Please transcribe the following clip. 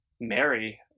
Mary